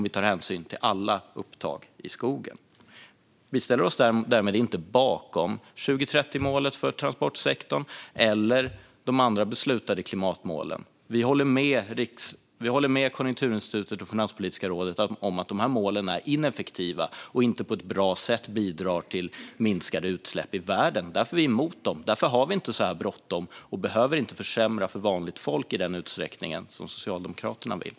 Vi ställer oss därmed inte bakom 2030-målet för transportsektorn eller de andra beslutade klimatmålen. Vi håller med Konjunkturinstitutet och Finanspolitiska rådet om att målen är ineffektiva och inte på ett bra sätt bidrar till minskade utsläpp i världen. Därför är vi emot dem, och därför har vi inte så bråttom och behöver inte försämra för vanligt folk i den utsträckning som Socialdemokraterna vill.